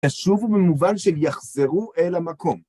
חשוב וממובן שיחזרו אל המקום.